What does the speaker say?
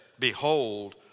Behold